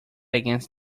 against